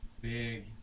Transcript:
big